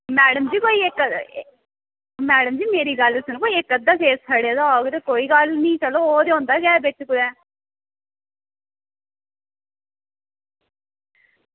madam ji कोई इक्क madam ji मेरी गल्ल सुनो कोई इक्क अद्धा सेव सड़े दा होग कोई गल्ल निं चलो ओह् इक्क अद्धा होंदा गै कुदै